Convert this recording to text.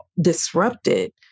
disrupted